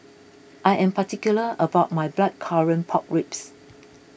I am particular about my Blackcurrant Pork Ribs